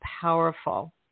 powerful